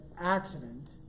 accident